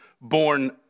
born